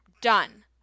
done